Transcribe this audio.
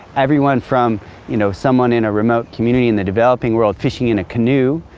everyone from you know someone in a remote community in the developing world fishing in a canoe,